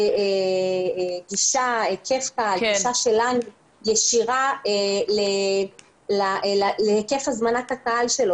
גישה ישירה להיקף הזמנת הקהל,